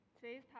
Today's